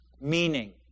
meaning